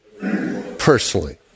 personally